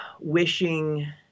wishing